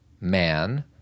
man